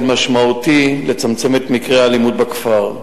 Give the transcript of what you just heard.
משמעותי לצמצם את מקרי האלימות בכפר.